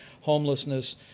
homelessness